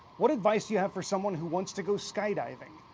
what advice do you have for someone who wants to go skydiving?